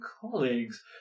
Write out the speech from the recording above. colleagues